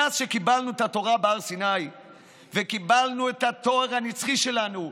מאז שקיבלנו את התורה בהר סיני וקיבלנו את התואר הנצחי שלנו,